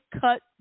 cut